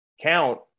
count